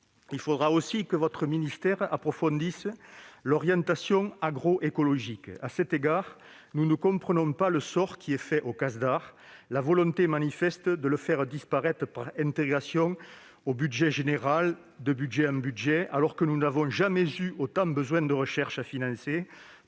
Il faudra aussi que votre ministère approfondisse l'orientation agroécologique. À cet égard, nous ne comprenons pas le sort qui est fait au Casdar et la volonté manifeste de le faire disparaître par intégration dans le budget général, année après année, alors que nous n'avons jamais eu autant besoin de financer